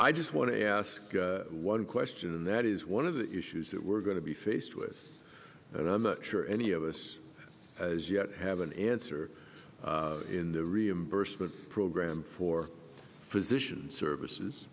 i just want to ask one question and that is one of the issues that we're going to be faced with that i'm not sure any of us as yet have an answer in the reimbursement program for physician